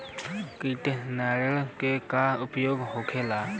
कीट नियंत्रण के का उपाय होखेला?